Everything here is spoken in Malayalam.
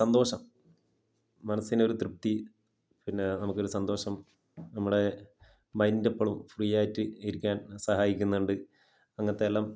സന്തോഷം മനസ്സിനൊരു തൃപ്തി പിന്നേ നമ്മൾക്ക് ഒരു സന്തോഷം നമ്മുടെ മൈന്റ് എപ്പളും ഫ്രീയായിട്ട് ഇരിക്കാന് സഹായിക്കുന്നുണ്ട് അങ്ങനത്തെ എല്ലാം